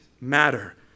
matter